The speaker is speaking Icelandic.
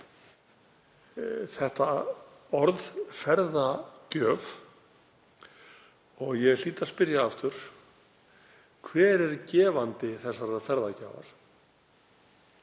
þetta orð, ferðagjöf. Ég hlýt að spyrja aftur: Hver er gefandi þessarar ferðagjafar?